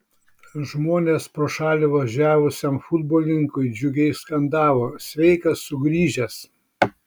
žmonės pro šalį važiavusiam futbolininkui džiugiai skandavo sveikas sugrįžęs